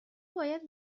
باید